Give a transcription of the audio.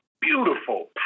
beautiful